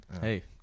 hey